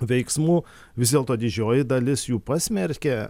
veiksmų vis dėlto didžioji dalis jų pasmerkė